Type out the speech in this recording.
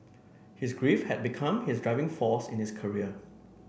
his grief had become his driving force in his career